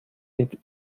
not